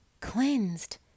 cleansed